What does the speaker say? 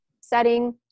setting